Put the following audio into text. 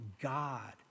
God